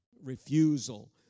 refusal